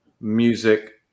music